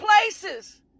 places